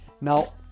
Now